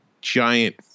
giant